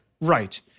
Right